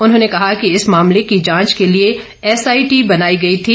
मुख्यमंत्री ने कहा कि इस मामले की जांच के लिए एसआईटी बनाई गई थी